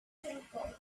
tranquil